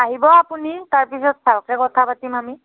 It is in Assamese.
আহিব আপুনি তাৰপিছত ভালকৈ কথা পাতিম আমি